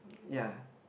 ya